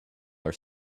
are